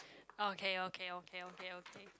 okay okay okay okay okay